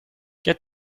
get